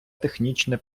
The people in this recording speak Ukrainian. технічне